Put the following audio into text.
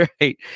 right